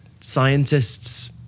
scientists